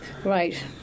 Right